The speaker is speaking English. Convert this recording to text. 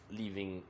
leaving